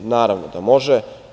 Naravno da može.